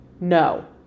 no